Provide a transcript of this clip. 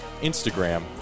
Instagram